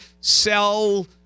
sell